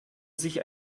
sich